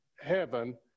heaven